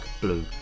Blue